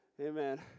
Amen